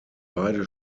beide